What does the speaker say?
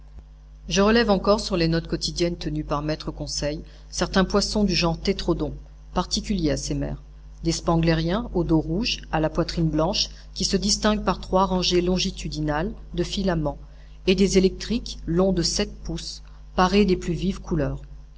je relève encore sur les notes quotidiennes tenues par maître conseil certains poissons du genre tétrodons particuliers à ces mers des spenglériens au dos rouge à la poitrine blanche qui se distinguent par trois rangées longitudinales de filaments et des électriques longs de sept pouces parés des plus vives couleurs